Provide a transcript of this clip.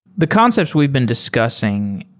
the concepts we've been discussing,